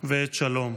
ועת שלום".